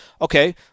Okay